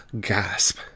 gasp